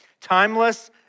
Timeless